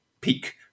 peak